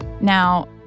Now